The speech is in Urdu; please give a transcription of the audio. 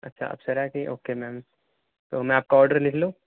اچھا اپسرا کی اوکے میم تو میں آپ کا آرڈر لکھ لوں